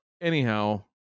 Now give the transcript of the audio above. anyhow